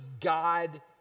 God